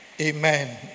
Amen